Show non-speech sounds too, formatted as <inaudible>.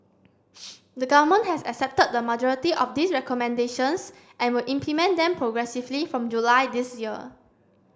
<noise> the government has accepted the majority of these recommendations and will implement them progressively from July this year